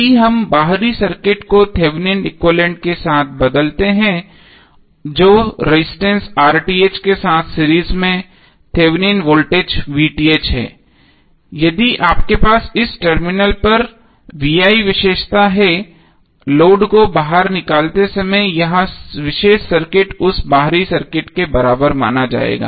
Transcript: यदि हम बाहरी सर्किट को थेवेनिन एक्विवैलेन्ट के साथ बदलते हैं जो रजिस्टेंस के साथ सीरीज में थेवेनिन वोल्टेज है यदि आपके पास इस टर्मिनल पर V I विशेषता है लोड को बाहर निकालते समय यह विशेष सर्किट उस बाहरी सर्किट के बराबर माना जाएगा